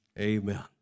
amen